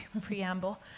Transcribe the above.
preamble